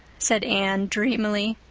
said anne dreamily.